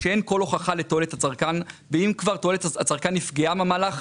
שאין כל הוכחה לתועלת הצרכן ואם כבר תועלת הצרכן נפגעה מהמהלך,